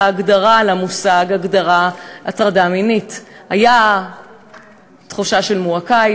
הגדרה למושג "הטרדה מינית" הייתה תחושה של מועקה,